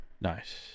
Nice